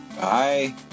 Bye